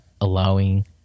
allowing